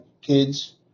kids